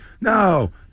no